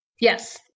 yes